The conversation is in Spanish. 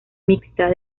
mixtas